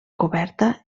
coberta